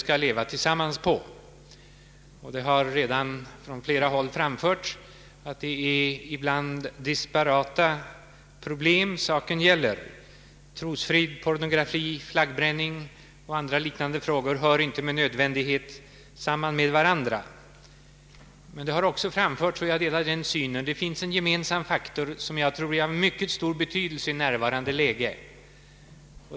Det har från flera håll framförts att problemen är disparata. Trosfrid, pornografi, flaggbränning och andra av propositionen aktualiserade frågor hör inte med nödvändighet samman. Men det har också framförts — och jag delar den synen — att det finns en gemensam faktor som är av mycket stor betydelse i nuvarande läge.